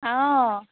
অঁ